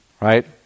right